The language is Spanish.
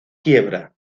quiebra